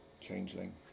changeling